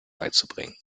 beizubringen